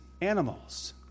animals